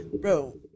Bro